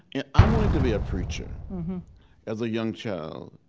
and i wanted to be a preacher as a young child.